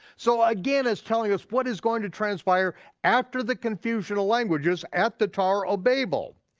so again, it's telling us what is going to transpire after the confusion of languages at the tower of babel.